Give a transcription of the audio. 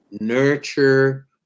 nurture